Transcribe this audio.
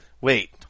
wait